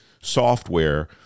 software